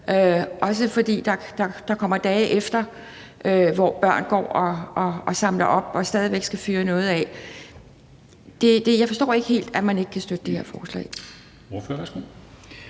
også fordi der kommer dage bagefter, hvor børn går og samler det op og stadig væk skal fyre noget af. Jeg forstår ikke helt, at man ikke kan støtte det her forslag.